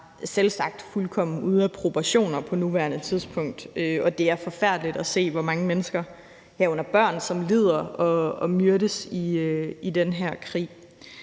selvsagt fuldkommen ude af proportioner på nuværende tidspunkt, og det er forfærdeligt at se, hvor mange mennesker, herunder børn, som lider og myrdes under den her krig.